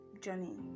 journey